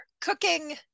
cooking